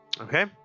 Okay